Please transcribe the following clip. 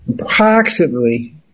approximately